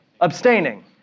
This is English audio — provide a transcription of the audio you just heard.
Abstaining